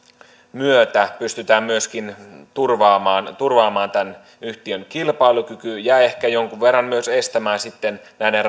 myötä pystytään myöskin turvaamaan turvaamaan tämän yhtiön kilpailukyky ja ehkä jonkun verran myös estämään sitten näiden